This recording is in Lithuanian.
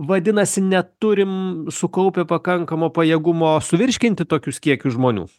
vadinasi neturim sukaupę pakankamo pajėgumo suvirškinti tokius kiekius žmonių